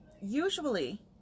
usually